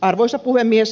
arvoisa puhemies